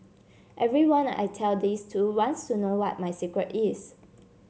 everyone I tell this to wants to know what my secret is